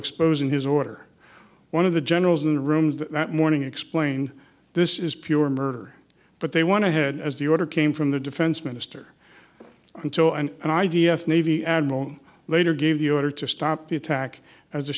exposing his order one of the generals in the room that morning explained this is pure murder but they want to head as the order came from the defense minister until an i d f navy admiral later gave the order to stop the attack as